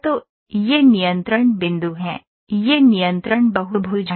तो ये नियंत्रण बिंदु हैं ये नियंत्रण बहुभुज हैं